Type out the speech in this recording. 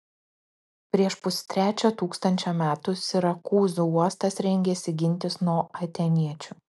prieš pustrečio tūkstančio metų sirakūzų uostas rengėsi gintis nuo atėniečių